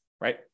right